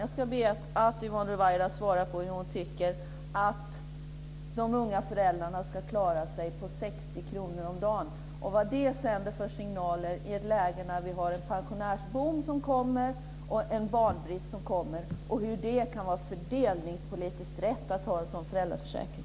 Jag ska be att Yvonne Ruwaida svarar på hur hon tycker att de unga föräldrarna ska klara sig på 60 kr om dagen och vilka signaler det sänder i ett läge där vi har en pensionärsboom som kommer och en barnbrist som kommer. Hur kan det vara fördelningspolitiskt rätt att ha en sådan föräldraförsäkring?